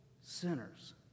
sinners